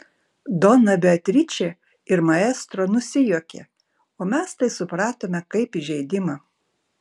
dona beatričė ir maestro nusijuokė o mes tai supratome kaip įžeidimą